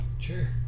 Sure